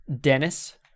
Dennis